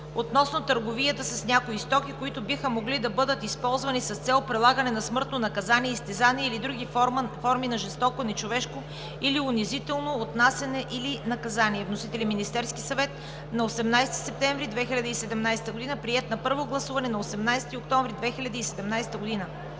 относно търговията с някои стоки, които биха могли да бъдат използвани с цел прилагане на смъртно наказание, изтезания или други форми на жестоко, нечовешко или унизително отнасяне, или наказание. Вносител е Министерският съвет на 18 септември 2017 г. Приет е на първо гласуване на 18 октомври 2017 г.